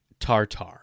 tartar